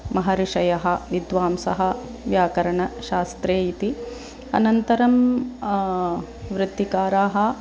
महर्षयः विद्वांसः व्याकरणशास्त्रे इति अनन्तरं वृत्तिकाराः